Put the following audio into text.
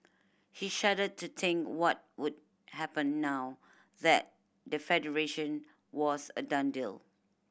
he shuddered to think what would happen now that the Federation was a done deal